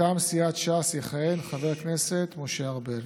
מטעם סיעת ש"ס יכהן חבר הכנסת משה ארבל,